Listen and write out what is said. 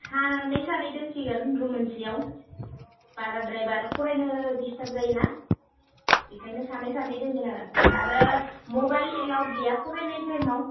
सानै सानै दोनसिगोन रुम मोनसेयाव बाराद्रायब्ला आरो फरायनो डिस्टार्ब जायोना इखायनो सानै सानै दोनगोन आरो आरो मबाइल एलावड गैया फरायनाय टाइमाव